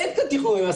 אין כאן תכנוני מס.